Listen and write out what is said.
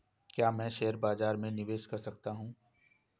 क्या मैं शेयर बाज़ार में निवेश कर सकता हूँ?